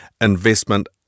investment